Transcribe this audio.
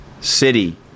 city